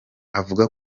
avuga